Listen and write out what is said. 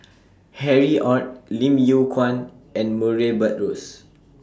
Harry ORD Lim Yew Kuan and Murray Buttrose